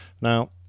Now